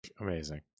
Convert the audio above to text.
amazing